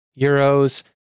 euros